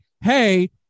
Hey